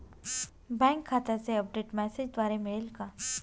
Bank खात्याचे update मेसेजद्वारे मिळेल का?